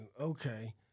Okay